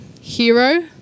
hero